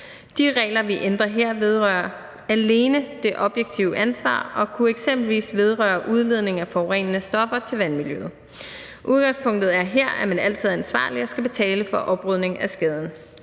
De regler, vi ændrer her, vedrører alene det objektive ansvar og kunne eksempelvis vedrøre udledning af forurenende stoffer til vandmiljøet. Udgangspunktet er her, at man altid er ansvarlig og skal betale for oprydning af skaden.